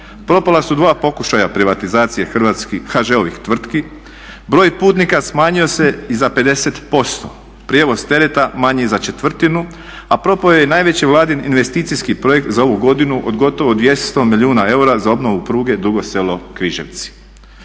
Propala su dva pokušaja privatizacije HŽ-ovih tvrtki, broj putnika smanjio se za 50%, prijevoz tereta manji je za četvrtinu, a propao je i najveći Vladin investicijski projekt za ovu godinu od gotovo 200 milijuna eura za obnovu pruge Dugo selo – Križevci.